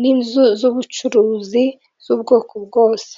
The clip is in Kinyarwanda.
n'inzu z'ubucuruzi z'ubwoko bwose .